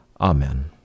Amen